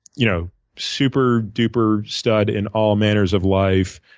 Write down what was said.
you know super-duper stud in all manners of life,